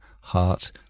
heart